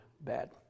bad